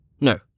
No